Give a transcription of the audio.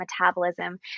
metabolism